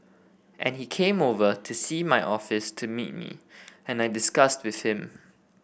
and he came over to see my office to meet me and I discussed with him